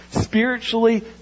spiritually